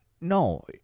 No